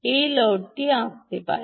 এই লোডটি আঁকতে পারে